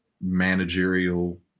managerial